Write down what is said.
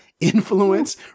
influence